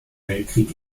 weltkrieg